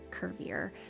curvier